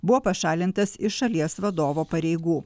buvo pašalintas iš šalies vadovo pareigų